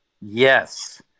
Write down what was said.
Yes